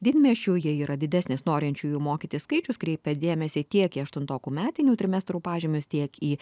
didmiesčių jie yra didesnis norinčiųjų mokytis skaičius kreipia dėmesį tiek į aštuntokų metinių trimestrų pažymius tiek į